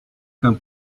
come